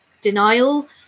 denial